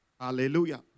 Hallelujah